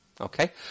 Okay